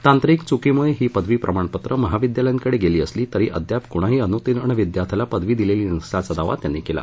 तांत्रिक चुकीमुळे ही पदवी प्रमाणपत्र महाविद्यालयांकडे गेली असली तरी अद्याप कुणाही अनुत्तीर्ण विद्यार्थ्याला पदवी दिलेली नसल्याचा दावा त्यांनी केला